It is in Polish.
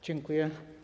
Dziękuję.